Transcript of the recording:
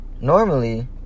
normally